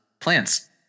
plants